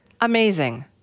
Amazing